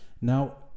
now